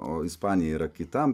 o ispanija yra kitam